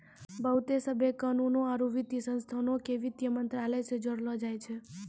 बहुते सभ कानूनो आरु वित्तीय संस्थानो के वित्त मंत्रालय से जोड़लो जाय छै